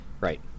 Right